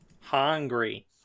Hungry